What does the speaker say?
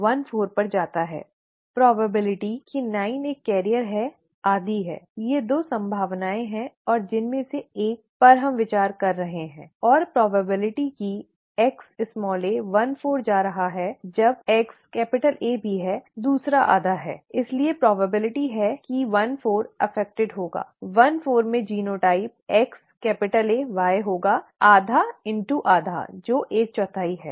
संभावना कि 9 एक वाहक है आधी है ठीक है ये 2 संभावनाएं हैं और जिनमें से हम एक पर विचार कर रहे हैं और संभावना की Xa 1 4 जा रहा है जब XA भी है दूसरा आधा है और इसलिए संभावना है कि 14 प्रभावित होगा 14 में जीनोटाइप XaY होगा आधा इनटू आधा है जो एक चौथाई है